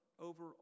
over